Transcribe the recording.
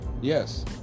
yes